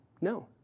No